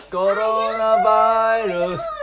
coronavirus